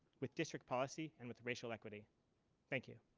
with district policy and with racial equity thank you.